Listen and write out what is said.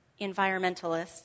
environmentalists